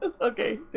Okay